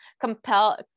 compel